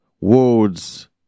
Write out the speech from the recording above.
words